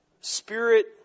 spirit